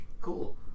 Cool